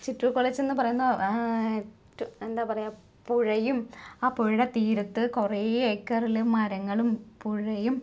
ചിറ്റൂർ കോളേജെന്ന് പറയുന്ന എന്താ പറയുക പുഴയും ആ പുഴയുടെ തീരത്ത് കുറെ ഏക്കറില് മരങ്ങളും പുഴയും